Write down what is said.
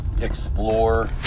explore